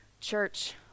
Church